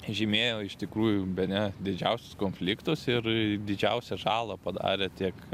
žymėjo iš tikrųjų bene didžiausius konfliktus ir didžiausią žalą padarė tiek